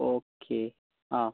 okay ആ